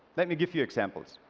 let me give you examples.